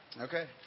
Okay